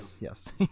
Yes